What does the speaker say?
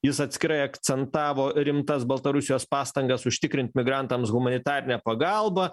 jis atskirai akcentavo rimtas baltarusijos pastangas užtikrint migrantams humanitarinę pagalbą